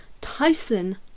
Tyson